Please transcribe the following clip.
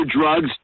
drugs